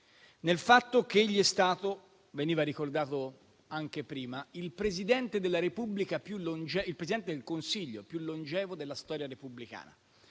nel fatto che egli è stato - come veniva ricordato anche prima - il Presidente del Consiglio più longevo della storia repubblicana